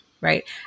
right